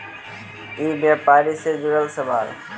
ई व्यापार से जुड़ल सवाल?